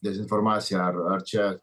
dezinformaciją ar ar čia